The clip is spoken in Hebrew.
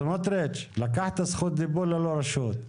סמוטריץ, לקחת זכות דיבור ללא רשות.